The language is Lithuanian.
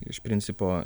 iš principo